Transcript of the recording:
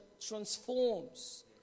transforms